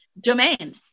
domain